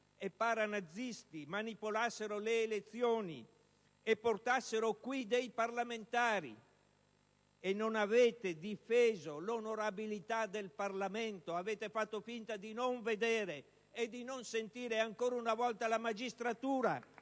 e paranazisti manipolassero le elezioni e portassero qui dei parlamentari. Non avete difeso l'onorabilità del Parlamento; avete fatto finta di non vedere e di non sentire. *(Applausi dal Gruppo